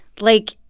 like,